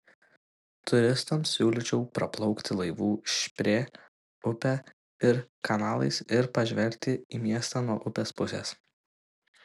turistams siūlyčiau praplaukti laivu šprė upe ir kanalais ir pažvelgti į miestą nuo upės pusės